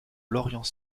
lorient